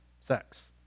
sex